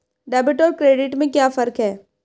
Debit और credit में क्या फर्क है?